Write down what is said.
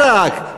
במר חייו,